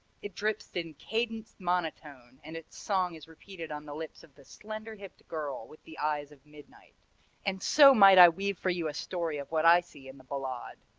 it drips in cadenced monotone and its song is repeated on the lips of the slender-hipped girl with the eyes of midnight and so might i weave for you a story of what i see in the ballade